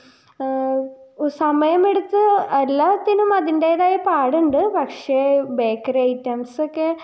സമയമെടുത്ത് എല്ലാത്തിനും അതിൻടേതായ പാടുണ്ട് പക്ഷേ ബേക്കറി ഐറ്റംസ്സൊക്കെ